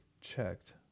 checked